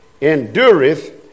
endureth